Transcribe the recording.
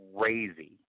crazy